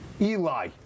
Eli